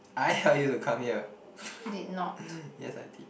I helped you to come here yes I did